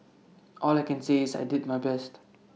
all I can say is I did my best